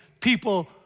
people